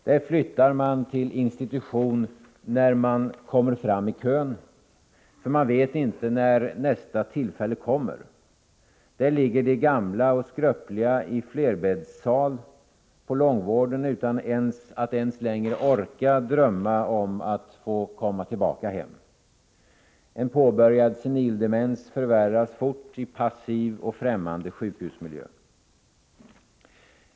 Där flyttar man in på institution när man kommer fram i kön, för man vet inte när nästa tillfälle kommer. Där ligger de gamla och skröpliga i flerbäddssalar på långvården utan att ens orka drömma om att få komma tillbaka hem. En påbörjad senil demens förvärras fort i passiv och främmande sjukhusmiljö.